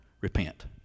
repent